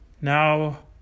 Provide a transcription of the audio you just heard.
Now